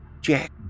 Jack